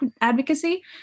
advocacy